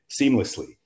seamlessly